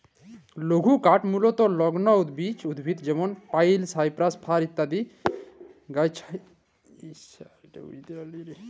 লঘুকাঠ মূলতঃ লগ্ল বিচ উদ্ভিদ যেমল পাইল, সাইপ্রাস, ফার ইত্যাদি গাহাচেরলে পাউয়া যায়